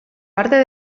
parte